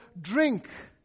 drink